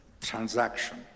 transaction